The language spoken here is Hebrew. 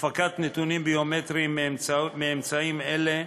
הפקת נתונים ביומטריים מאמצעים אלה,